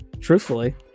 truthfully